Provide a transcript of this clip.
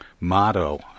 motto